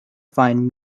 find